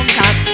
top